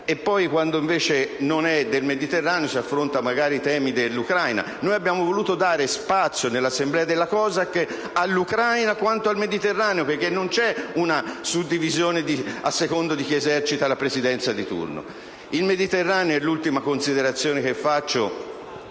e poi quando invece non è del Mediterraneo si affrontano temi come l'Ucraina. Noi abbiamo voluto dare spazio nell'assemblea della COSAC all'Ucraina quanto al Mediterraneo, perché non c'è una suddivisione a seconda di chi esercita la Presidenza di turno. Il Mediterraneo - è l'ultima considerazione che faccio